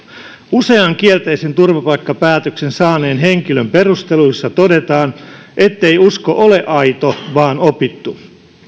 usean kielteisen turvapaikkapäätöksen saaneen henkilön perusteluissa todetaan ettei usko ole aito vaan opittu